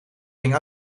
ging